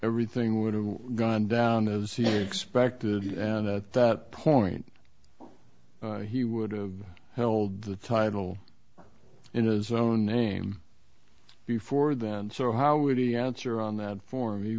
everything would have gone down as he expected and that that point he would have held the title in his own name before then so how would he answer on that for